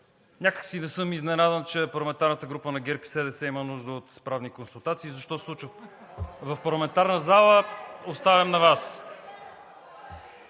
Някак си не съм изненадан, че парламентарната група на ГЕРБ и СДС има нужда от правни консултации в парламентарната зала. Оставям на Вас.